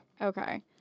Okay